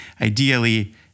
Ideally